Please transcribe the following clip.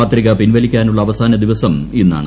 പത്രിക പിൻവലിക്കാനുള്ള അവസാന ദിവസം ഇന്നാണ്